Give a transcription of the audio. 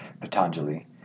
Patanjali